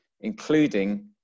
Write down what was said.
including